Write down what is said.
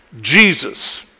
Jesus